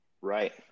Right